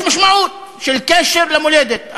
יש משמעות של קשר למולדת.